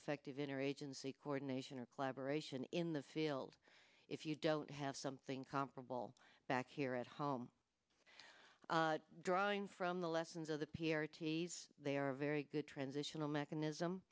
affective inner agency coordination or collaboration in the field if you don't have something comparable back here at home drawing from the lessons of the p r t they are very good transitional mechanism